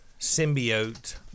symbiote